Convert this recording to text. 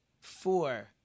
four